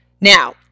Now